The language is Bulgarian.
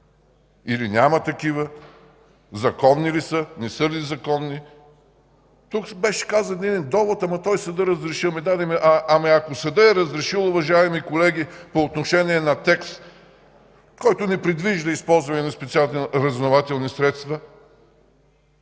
или няма такива? Законни ли са, не са ли законни? Тук беше казан един довод – ама съдът е разрешил. Да, но ако съдът е разрешил, уважаеми колеги, по отношение на текст, който не предвижда използване на специални разузнавателни средства,